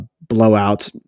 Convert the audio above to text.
blowout